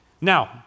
Now